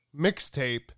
mixtape